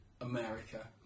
America